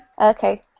Okay